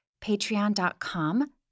patreon.com